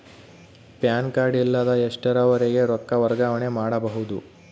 PAN card ಇಲ್ಲದ ಎಷ್ಟರವರೆಗೂ ರೊಕ್ಕ ವರ್ಗಾವಣೆ ಮಾಡಬಹುದು?